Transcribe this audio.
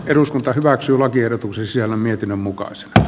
eduskunta hyväksyy lakiehdotuksen siellä mietinnön mukaisesti